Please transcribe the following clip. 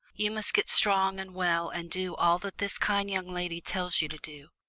you must get strong and well and do all that this kind young lady tells you to do.